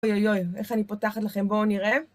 אוי אוי אוי, איך אני פותחת לכם, בואו נראה.